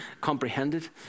comprehended